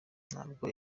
ntabwo